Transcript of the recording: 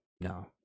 No